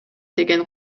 деген